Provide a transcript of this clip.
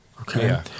okay